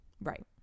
Right